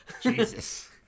Jesus